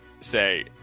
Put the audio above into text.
say